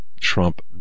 Trump